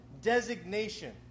designation